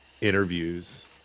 interviews